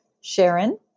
Sharon